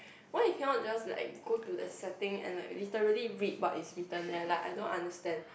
why you cannot just like go to the setting and like literally read what is written there like I don't understand